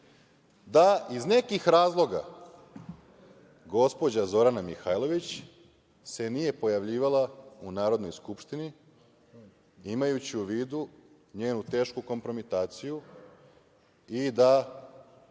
da iz nekih razloga gospođa Zorana Mihajlović se nije pojavljivala u Narodnoj skupštini, imajući u vidu njenu tešku kompromitaciju i da